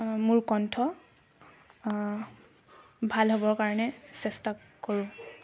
মোৰ কণ্ঠ ভাল হ'বৰ কাৰণে চেষ্টা কৰোঁ